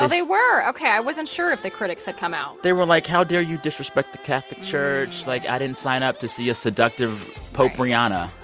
ah they were? ok. i wasn't sure if the critics had come out they were like, how dare you disrespect the catholic church? like, i didn't sign up to see a seductive pope rihanna,